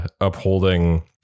upholding